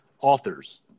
authors